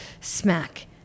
smack